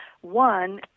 One